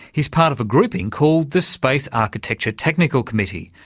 he's part of a grouping called the space architecture technical committee,